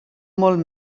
molt